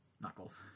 Knuckles